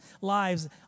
lives